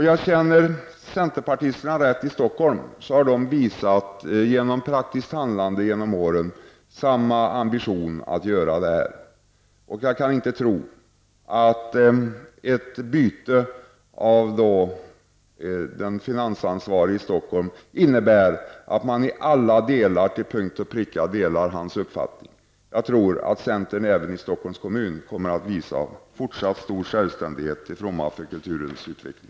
Om jag känner centerpartisterna rätt i Stockholm, har de visat genom praktiskt handlande genom åren samma ambition. Jag kan inte tro att ett byte av den finansansvarige i Stockholm innebär att man i alla delar till punkt och pricka delar hans uppfattning. Jag tror att centern även i Stockholms kommun kommer att visa fortsatt stor självständighet till fromma för kulturens utveckling.